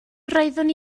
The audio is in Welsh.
roeddwn